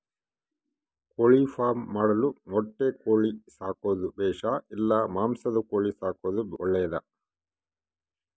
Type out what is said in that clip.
ಕೋಳಿಫಾರ್ಮ್ ಮಾಡಲು ಮೊಟ್ಟೆ ಕೋಳಿ ಸಾಕೋದು ಬೇಷಾ ಇಲ್ಲ ಮಾಂಸದ ಕೋಳಿ ಸಾಕೋದು ಒಳ್ಳೆಯದೇ?